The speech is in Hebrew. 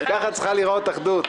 ככה צריכה להיראות אחדות.